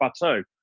bateau